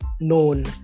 known